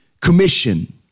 Commission